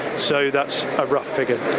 so that's a rough figure.